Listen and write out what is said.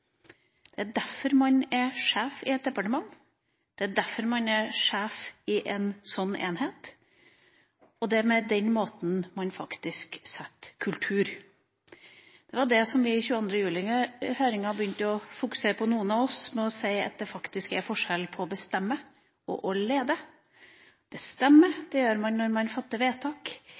Det er derfor man er sjef i et departement, det er derfor man er sjef i en sånn enhet, og det er på den måten man faktisk setter en kultur. Det var det som noen av oss begynte å fokusere på i 22. juli-høringa, med å si at det faktisk er en forskjell på å bestemme og å lede. Bestemme gjør man når man fatter vedtak.